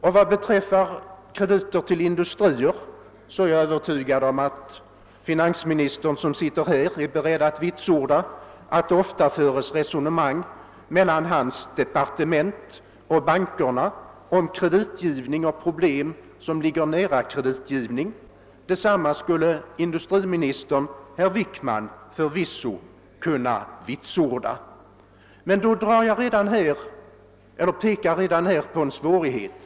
Och vad beträffar krediter till industrier är jag övertygad om att finansministern, som sitter här i kammaren, är beredd att vitsorda att det ofta förs resonemang mellan hans departement och bankerna om kreditgivning och om problem som ligger nära kreditgivning. Detsamma skulle industriminister Wickman förvisso kunna vitsorda. Men då uppstår redan här en svårighet.